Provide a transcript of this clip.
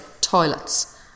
toilets